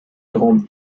grande